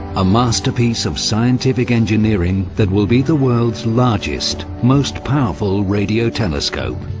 a masterpiece of scientific engineering that will be the world's largest, most powerful radio telescope